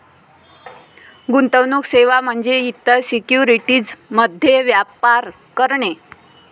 गुंतवणूक सेवा म्हणजे इतर सिक्युरिटीज मध्ये व्यापार करणे